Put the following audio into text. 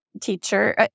teacher